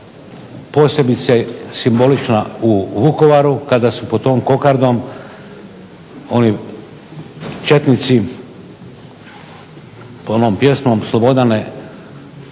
posebice simbolična u Vukovaru kada su pod tom kokardom oni četnici pod onom pjesmom "Slobodane